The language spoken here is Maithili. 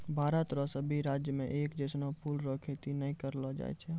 भारत रो सभी राज्य मे एक जैसनो फूलो रो खेती नै करलो जाय छै